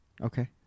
Okay